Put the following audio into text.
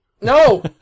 No